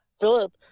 Philip